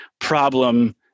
problem